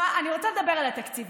אני רוצה לדבר על התקציבים.